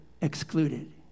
excluded